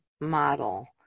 model